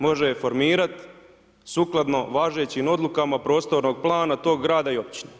Može je formirati sukladno važećim odlukama prostornog plana tog grada i općine.